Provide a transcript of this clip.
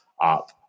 up